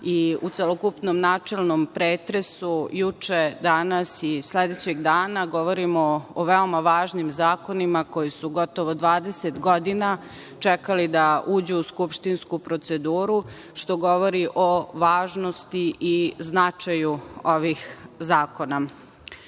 i u celokupnom načelnom pretresu juče, danas i sledećeg dana, govorimo o veoma važnim zakonima koji su gotovo 20 godina čekali da uđu u skupštinsku proceduru što govori o važnosti i značajnu ovih zakona. Ispred